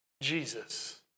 Jesus